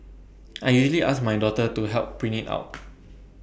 I usually ask my daughter to help print IT out